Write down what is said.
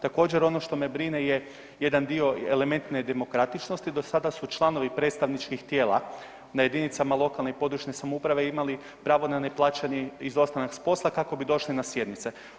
Također ono što me brine je jedan dio elementne demokratičnosti, do sada su članovi predstavničkih tijela ja jedinicama lokalne i područne samouprave imali pravo na neplaćeni izostanak s posla kako bi došli na sjednice.